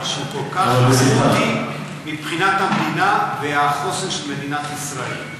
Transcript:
אבל שהוא כל כך איכותי מבחינת המדינה והחוסן של מדינת ישראל.